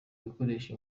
bikoresho